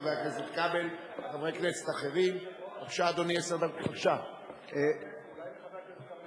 חבר הכנסת איתן כבל יעלה ויבוא להציג את הצעת חוק